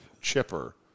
chipper